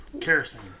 Kerosene